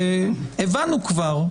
אבל הבנו כבר,